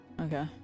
okay